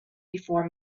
before